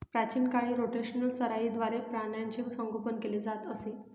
प्राचीन काळी रोटेशनल चराईद्वारे प्राण्यांचे संगोपन केले जात असे